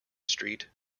street